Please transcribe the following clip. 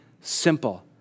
simple